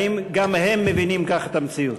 האם גם הם מבינים כך את המציאות?